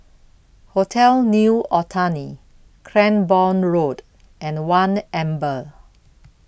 Hotel New Otani Cranborne Road and one Amber